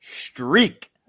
streak